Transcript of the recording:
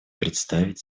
представить